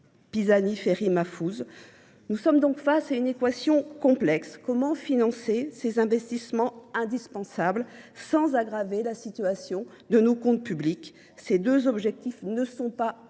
Pisani Ferry Mahfouz. Nous sommes donc face à une équation complexe : comment financer ces investissements indispensables sans aggraver la situation de nos comptes publics ? Ces deux objectifs ne sont pas incompatibles,